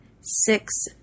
six